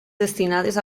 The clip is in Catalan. destinades